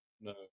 no